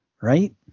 right